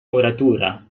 muratura